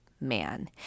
man